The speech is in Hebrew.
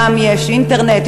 שם יש אינטרנט,